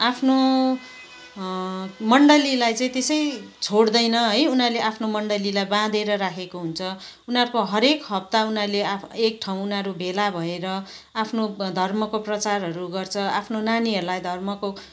आफनो मन्डलीलाई चाहिँ त्यसै छोडदैन है उनीहरूले आफ्नो मन्डलीलाई बाँधेर राखेको हुन्छ उनीहरूको हरेक हप्ता उनीहरूले आफ एक ठाउँ उनीरहरू भेला भएर आफनो धर्मको प्रचारहरू गर्छ आफ्नो नानीहरूलाई धर्मको